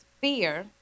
fear